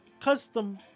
custom